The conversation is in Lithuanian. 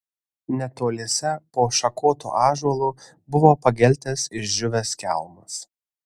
netoliese po šakotu ąžuolu buvo pageltęs išdžiūvęs kelmas